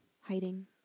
hiding